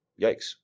Yikes